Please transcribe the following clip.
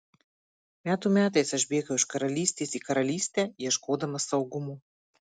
metų metais aš bėgau iš karalystės į karalystę ieškodamas saugumo